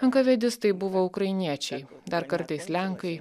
enkavėdistai buvo ukrainiečiai dar kartais lenkai